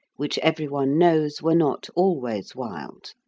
which every one knows were not always wild,